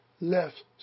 left